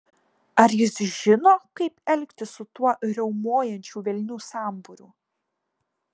ar jis žino kaip elgtis su tuo riaumojančių velnių sambūriu